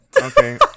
Okay